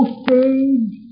stage